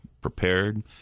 prepared